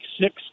six